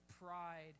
pride